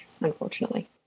unfortunately